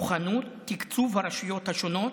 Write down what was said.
מוכנות, תקצוב הרשויות השונות,